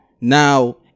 Now